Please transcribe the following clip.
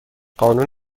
قانون